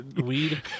weed